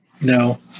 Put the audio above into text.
no